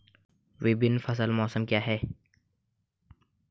विभिन्न फसल मौसम क्या हैं?